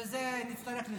ועל זה נצטרך לשלם.